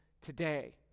today